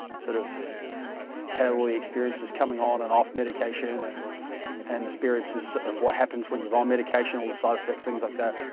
sort of here'll the experience is coming on and off medication and and the spirits of what happens when you're on medication all the side effects things like that